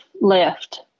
left